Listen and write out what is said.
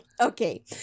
Okay